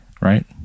Right